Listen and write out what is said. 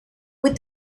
with